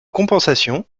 compensation